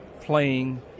playing